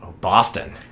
Boston